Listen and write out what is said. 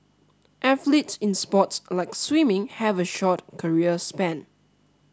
athletes in sports like swimming have a short career span